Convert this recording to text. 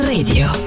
Radio